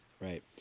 Right